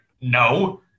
no